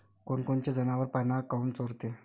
कोनकोनचे जनावरं पाना काऊन चोरते?